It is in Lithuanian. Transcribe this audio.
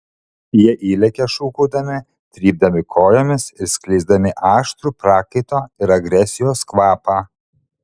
jie įlekia šūkaudami trypdami kojomis ir skleisdami aštrų prakaito ir agresijos kvapą